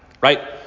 right